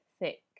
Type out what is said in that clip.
thick